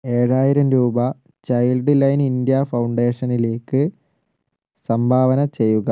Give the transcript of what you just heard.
ഏഴായിരം രൂപ Childline India ഫൗണ്ടേഷനിലേക്ക് സംഭാവന ചെയ്യുക